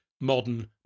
modern